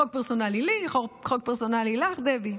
חוק פרסונלי לי, חוק פרסונלי לך, דבי.